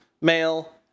male